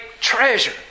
treasure